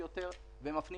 חברת הכנסת פרקש הכהן, בבקשה.